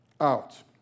out